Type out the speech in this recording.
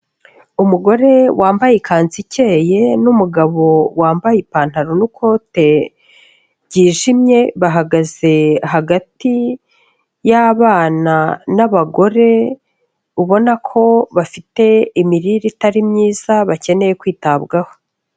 Umugore wambaye ikanzu ikeye n'umugabo wambaye ipantaro n'ikote ryijimye bahagaze hagati y'abana n'abagore, ubona ko bafite imirire itari myiza bakeneye kwitabwaho.